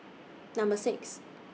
Number six